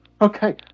okay